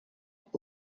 так